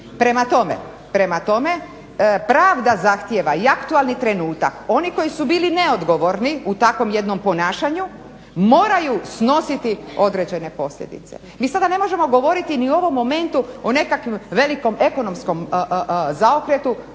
Prema tome, pravda zahtjeva i aktualni trenutak oni koji su bili neodgovorni u takvom jednom ponašanju moraju snositi određene posljedice. Mi sada ne možemo govoriti ni u ovom momentu o nekakvom velikom ekonomskom zaokretu.